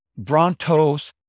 Brontos